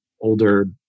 older